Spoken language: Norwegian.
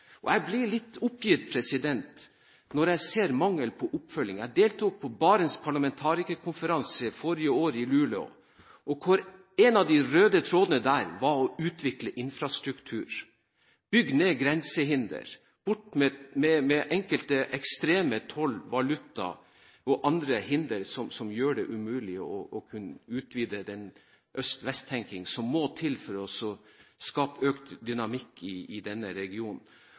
Jeg blir litt oppgitt når jeg ser mangel på oppfølging. Jeg deltok på Barents parlamentarikerkonferanse forrige år i Luleå, og en rød tråd der var å utvikle infrastruktur, bygge ned grensehindre og få bort enkelte ekstreme toll- og valutahindre og andre hindre som gjør det umulig å kunne utvide den øst–vest-tenkning som må til for å skape økt dynamikk i denne regionen.